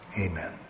amen